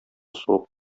сугып